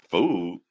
Food